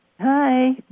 Hi